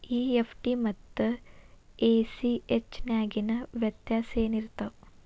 EFT ಮತ್ತ ACH ನ್ಯಾಗಿನ್ ವ್ಯೆತ್ಯಾಸೆನಿರ್ತಾವ?